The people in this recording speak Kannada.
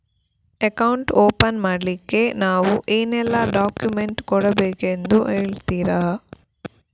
ಅಕೌಂಟ್ ಓಪನ್ ಮಾಡ್ಲಿಕ್ಕೆ ನಾವು ಏನೆಲ್ಲ ಡಾಕ್ಯುಮೆಂಟ್ ಕೊಡಬೇಕೆಂದು ಹೇಳ್ತಿರಾ?